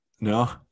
no